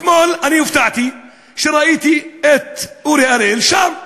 אתמול הופתעתי כשראיתי את אורי אריאל שם.